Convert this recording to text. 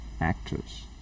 actors